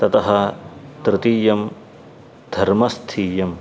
ततः तृतीयं धर्मस्थीयम्